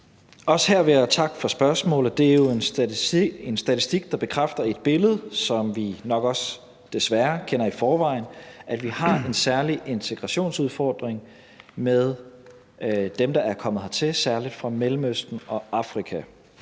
Også her vil jeg takke for spørgsmålet. Det er jo en statistik, der bekræfter et billede, som vi nok også desværre kender i forvejen, nemlig at vi har en særlig integrationsudfordring med dem, der er kommet hertil særlig fra Mellemøsten og Afrika.